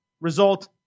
result